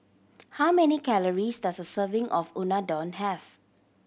how many calories does a serving of Unadon have